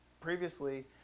Previously